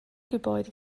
gebäude